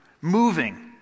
moving